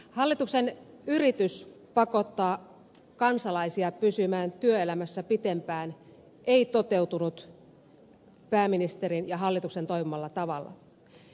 hallituksen yritys pakottaa kansalaisia pysymään työelämässä pitempään ei toteutunut pääministerin ja hallituksen toivomalla tavalla